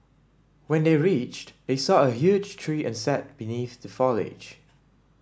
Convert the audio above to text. when they reached they saw a huge tree and sat beneath the foliage